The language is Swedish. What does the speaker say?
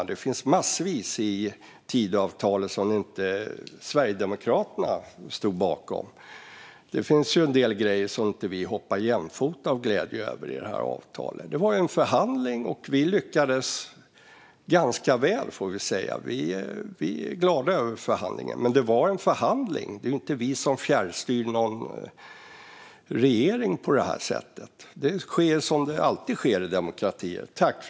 Men det finns massvis i Tidöavtalet som Sverigedemokraterna inte stod bakom. Det finns en del grejer som vi inte hoppar jämfota av glädje över i avtalet. Det var en förhandling, och vi lyckades ganska väl. Vi är glada över det. Men det var en förhandling. Vi fjärrstyr inte någon regering. Det sker på det sätt som det alltid gör i demokratier.